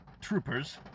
troopers